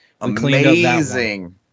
Amazing